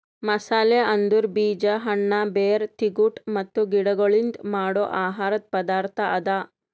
ಮಸಾಲೆ ಅಂದುರ್ ಬೀಜ, ಹಣ್ಣ, ಬೇರ್, ತಿಗೊಟ್ ಮತ್ತ ಗಿಡಗೊಳ್ಲಿಂದ್ ಮಾಡೋ ಆಹಾರದ್ ಪದಾರ್ಥ ಅದಾ